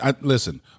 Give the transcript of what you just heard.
Listen